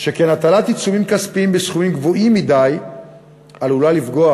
שכן הטלת עיצומים כספיים בסכומים גבוהים מדי עלולה לפגוע